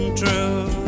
true